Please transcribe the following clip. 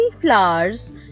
flowers